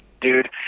dude